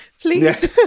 please